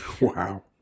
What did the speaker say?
Wow